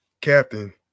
Captain